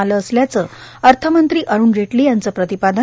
आलं असल्याचं अर्थमंत्री अरूण जेटली यांचं प्रतिपादन